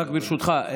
רק ברשותך,